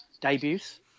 debuts